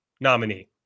nominee